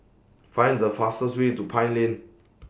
Find The fastest Way to Pine Lane